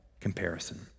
comparison